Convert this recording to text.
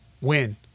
Win